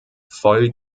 voll